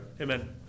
Amen